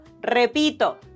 Repito